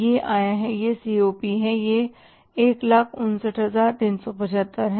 यह आया है यह COP है यह 159375 है